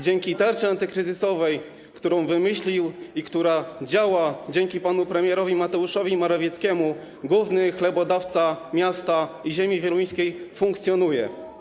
Dzięki tarczy antykryzysowej, którą on wymyślił i która działa dzięki panu premierowi Mateuszowi Morawieckiemu, główny chlebodawca miasta i ziemi wieluńskiej funkcjonuje.